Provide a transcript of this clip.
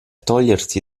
togliersi